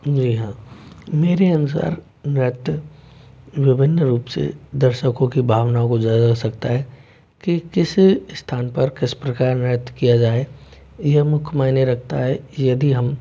जी हाँ मेरे अनुसार नृत्य विभिन्न रूप से दर्श कीकों भावनाओं को जगा सकता है कि किसी स्थान पर किस प्रकार नृत्य किया जाये यह मुख्य मायने रखता है यदि हम